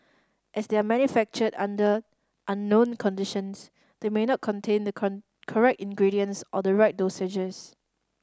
as they are manufactured under unknown conditions they may not contain the correct ingredients or the right dosages